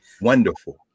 Wonderful